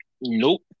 Nope